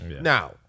Now